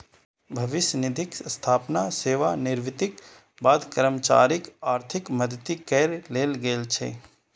भविष्य निधिक स्थापना सेवानिवृत्तिक बाद कर्मचारीक आर्थिक मदति करै लेल गेल छै